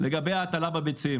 לגבי ההטלה בביצים